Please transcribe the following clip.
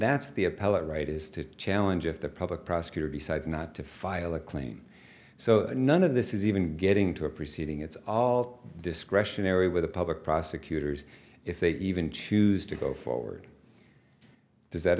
is to challenge if the public prosecutor decides not to file a claim so none of this is even getting to a proceeding it's all discretionary with the public prosecutor's if they even choose to go forward does that